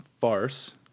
farce